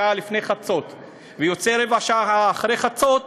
שעה לפני חצות ויוצא רבע שעה אחרי חצות